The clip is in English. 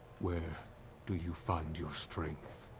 where do you find your strength?